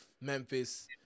Memphis